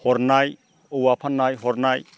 हरनाय औवा फाननाय हरनाय